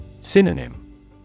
Synonym